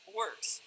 works